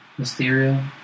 Mysterio